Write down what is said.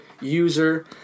user